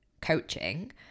coaching